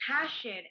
passion